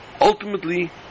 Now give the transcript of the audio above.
Ultimately